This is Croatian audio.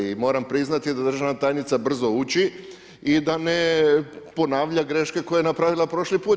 I moram priznati da državna tajnica brzo uči i da ne ponavlja greške koje je napravila prošli put.